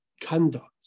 conduct